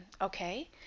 okay